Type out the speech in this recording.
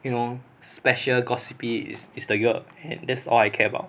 you know special gossipy is is the year and that's all I care about